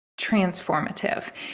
transformative